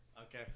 Okay